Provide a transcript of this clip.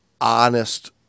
honest